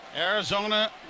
Arizona